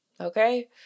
Okay